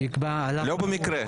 לא במקרה.